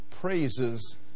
praises